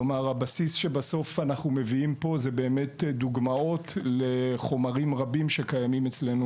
הבסיס שאותו אנחנו מביאים פה הוא דוגמאות לחומרים רבים שקיימים אצלנו,